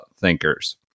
thinkers